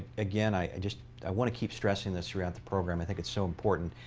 again, i just i want to keep stressing this throughout the program. i think it's so important.